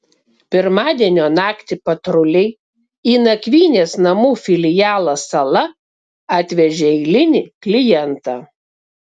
pirmadienio naktį patruliai į nakvynės namų filialą sala atvežė eilinį klientą